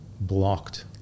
blocked